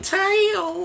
tail